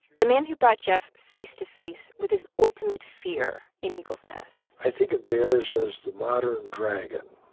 the man who brought jeff face to face with his ultimate fear in eagles nest i think of bears as the modern dragon.